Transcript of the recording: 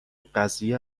قضیه